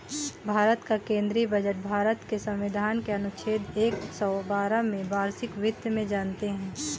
भारत का केंद्रीय बजट भारत के संविधान के अनुच्छेद एक सौ बारह में वार्षिक वित्त में जानते है